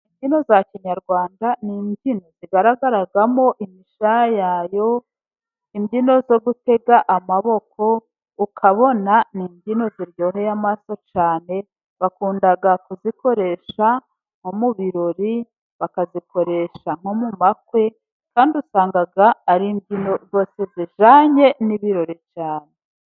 Imbyino za kinyarwanda ni imbyino zigaragaramo imishayayo ,imbyino zo gutega amaboko ukabona ni imbyino ziryoheye amaso cyane bakunda kuzikoresha nko mu birori, bakazikoresha nko mu bukwe kandi usanga ari imbyino rwose zijyanye n'ibirori cyane.